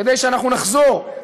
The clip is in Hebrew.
כדי שאנחנו נחזור,